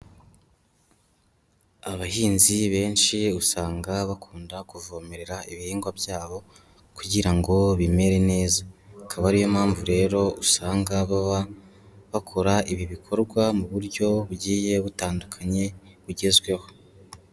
Abahinzi benshi usanga bakunda kuvomerera ibihingwa byabo kugira ngo bimere neza, akaba ari yo mpamvu rero usanga baba bakora ibi bikorwa mu buryo bugiye butandukanye bugezweho.